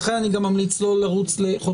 ולכן אני גם ממליץ לו לרוץ לחודשיים,